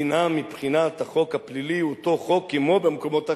דינה מבחינת החוק הפלילי הוא אותו חוק כמו במקומות האחרים.